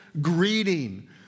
greeting